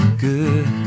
good